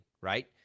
right